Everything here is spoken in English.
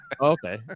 okay